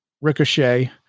Ricochet